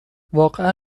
واقعا